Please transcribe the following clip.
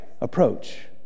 approach